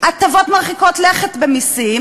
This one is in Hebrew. הטבות מרחיקות לכת במסים,